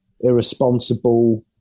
irresponsible